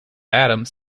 adams